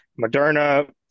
Moderna